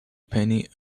penny